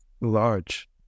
large